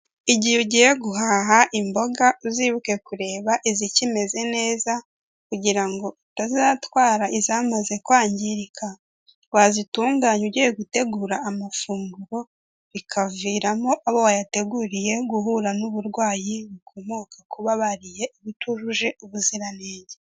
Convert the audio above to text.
igihe ugiye guhaha imboga uzibuke kureba izikimeze neza, kugira ngo utazatwara izamaze kwangirika, wazitunganya ugiye gutegura amafunguro, bikaviramo abo wayateguriye guhura n'uburwayi bukomoka kuba bariye ibutujuje ubuziranenge.